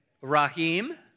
Rahim